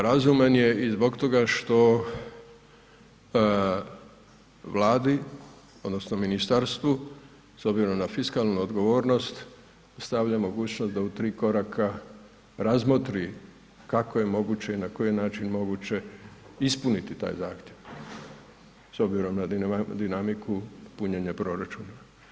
Razuman je i zbog toga što Vladi odnosno ministarstvu s obzirom na fiskalnu odgovornost stavlja mogućnost da u tri koraka razmotri kako je moguće i na koji način je moguće ispuniti taj zahtjev, s obzirom na dinamiku punjenja proračuna.